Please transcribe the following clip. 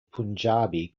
punjabi